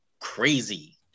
crazy